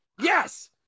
Yes